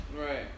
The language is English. Right